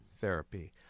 therapy